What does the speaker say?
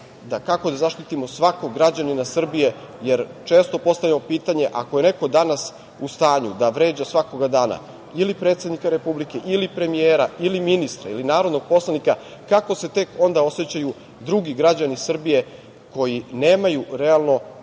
kako da zaštitimo svakog građanina Srbije, jer često postavimo pitanje – ako je neko danas u stanju da vređa svakog dana ili predsednika Republike ili premijera ili ministra ili narodnog poslanika, kako se tek onda osećaju drugi građani Srbije koji nemaju realno